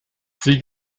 sie